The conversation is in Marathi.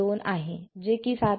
2 आहे जे 7